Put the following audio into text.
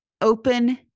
open